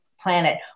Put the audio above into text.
Planet